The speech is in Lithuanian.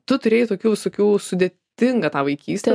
tu turėjai tokių visokių sudėtingą vaikystę